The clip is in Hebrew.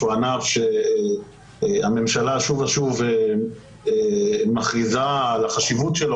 שהוא ענף שהממשלה שוב ושוב מכריזה על החשיבות שלו,